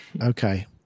Okay